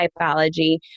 typology